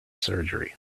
surgery